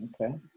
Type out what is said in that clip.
Okay